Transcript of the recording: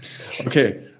Okay